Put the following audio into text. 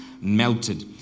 melted